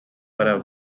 para